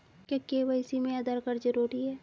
क्या के.वाई.सी में आधार कार्ड जरूरी है?